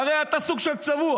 הרי אתה סוג של צבוע.